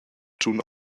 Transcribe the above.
tschun